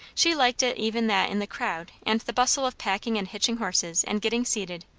she liked it even that in the crowd and the bustle of packing and hitching horses, and getting seated,